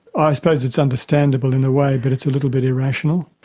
i suppose it's understandable in a way but it's a little bit irrational.